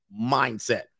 mindset